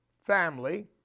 family